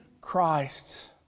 Christ